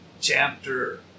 chapter